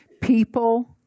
people